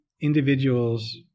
individuals